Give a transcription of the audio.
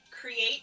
create